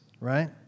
Right